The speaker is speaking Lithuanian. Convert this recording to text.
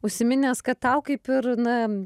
užsiminęs kad tau kaip ir na